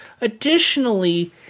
additionally